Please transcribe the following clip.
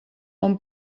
hom